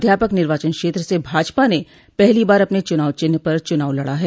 अध्यापक निर्वाचन क्षेत्र से भाजपा ने पहली बार अपने चुनाव चिन्ह पर चुनाव लडा है